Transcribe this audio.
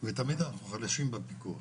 ותמיד אנחנו חלשים בפיקוח.